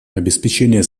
обеспечение